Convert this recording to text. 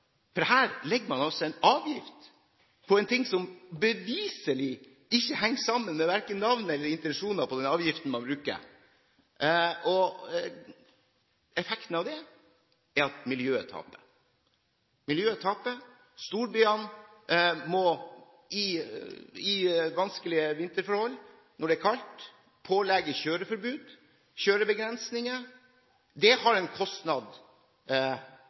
avgiftsdirektoratet. Her legger man altså en avgift på en ting som beviselig ikke henger sammen med verken navn eller intensjoner på den avgiften man bruker. Effekten av det er at miljøet taper, og storbyene må under vanskelige vinterforhold, når det er kaldt, pålegge kjøreforbud og kjørebegrensninger. Det har en kostnad,